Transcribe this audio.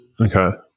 Okay